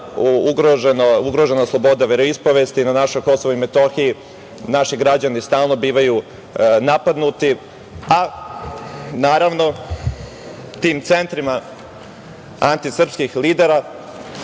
ugrožena sloboda veroispovesti, na Kosovu i Metohiji naši građani stalno bivaju napadnuti, a, naravno, tim centrima antisrpskih lidera